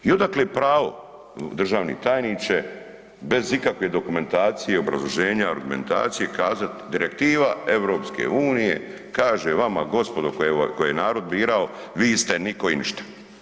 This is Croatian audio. I odakle pravo, državni tajniče, bez ikakve dokumentacije, obrazloženja, argumentacije, kazati, direktiva EU kaže vama, gospodo koje je narod birao, vi ste nitko i ništa.